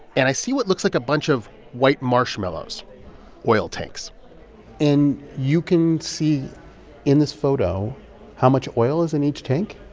and i see what looks like a bunch of white marshmallows oil tanks and you can see in this photo how much oil is in each tank?